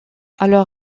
alors